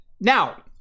Now